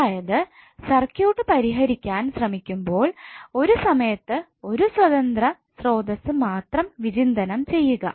അതായത് സർക്യൂട്ട് പരിഹരിക്കാൻ ശ്രമിക്കുമ്പോൾ ഒരു സമയത്ത് ഒരു സ്വതന്ത്ര സ്രോതസ്സ് മാത്രം വിചിന്തനം ചെയ്യുക